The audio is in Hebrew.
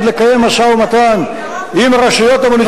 לקיים משא-ומתן עם הרשויות המוניציפליות,